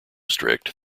strict